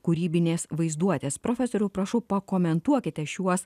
kūrybinės vaizduotės profesoriau prašau pakomentuokite šiuos